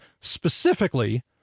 specifically